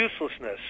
uselessness